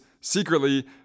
secretly